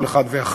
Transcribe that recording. כל אחד ואחת,